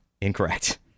Incorrect